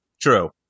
True